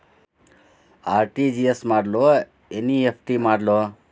RTGS ಮಾಡ್ಲೊ NEFT ಮಾಡ್ಲೊ?